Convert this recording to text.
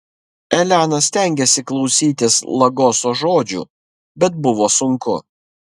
elena stengėsi klausytis lagoso žodžių bet buvo sunku